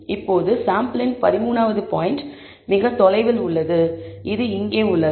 இப்போது சாம்பிளின் 13 வது பாயிண்ட் மிக தொலைவில் உள்ளது என்று தெரியும் இது இங்கே உள்ளது